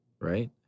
Right